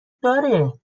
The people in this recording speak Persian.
داره